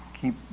Keep